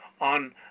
on